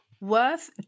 Worth